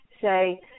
say